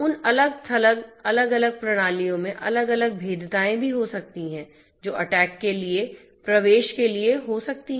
उन अलग थलग अलग अलग प्रणालियों में अलग अलग भेद्यताएं भी हो सकती हैं जो अटैक के लिए प्रवेश के लिए हो सकती हैं